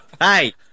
Hey